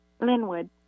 Linwood